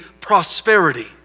prosperity